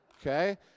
Okay